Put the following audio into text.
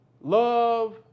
love